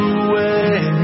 away